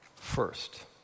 First